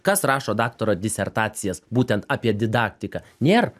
kas rašo daktaro disertacijas būtent apie didaktiką nėr